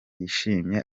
yishimye